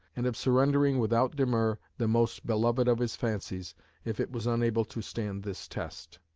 and of surrendering without demur the most beloved of his fancies if it was unable to stand this test.